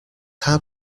hard